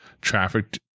trafficked